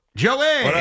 joey